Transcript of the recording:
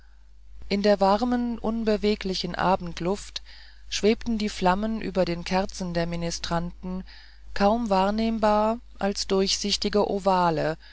in der warmen unbeweglichen abendluft schwebten die flammen über den kerzen der ministranten kaum wahrnehmbar als durchsichtige ovale